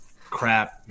crap